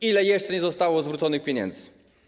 Ile jeszcze nie zostało zwróconych pieniędzy?